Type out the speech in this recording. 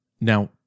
Now